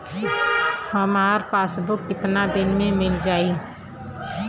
हमार पासबुक कितना दिन में मील जाई?